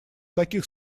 таких